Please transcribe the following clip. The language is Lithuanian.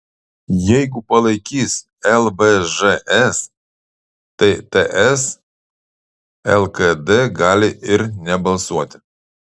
jeigu palaikys lvžs tai ts lkd gali ir nebalsuoti